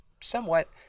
somewhat